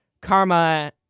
karma